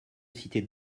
citer